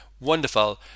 wonderful